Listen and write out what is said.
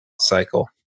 cycle